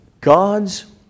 God's